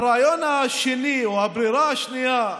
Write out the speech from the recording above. הרעיון השני, או הברירה השנייה,